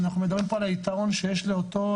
אנחנו מדברים פה על היתרון שיש לאותו